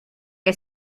che